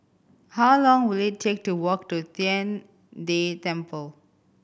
how long will it take to walk to Tian De Temple